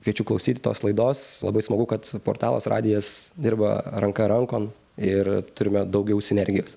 kviečiu klausyti tos laidos labai smagu kad portalas radijas dirba ranka rankon ir turime daugiau sinergijos